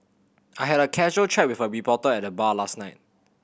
I had a casual chat with a reporter at the bar last night